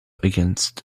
against